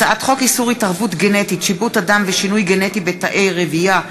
הצעת חוק איסור התערבות גנטית (שיבוט אדם ושינוי גנטי בתאי רבייה)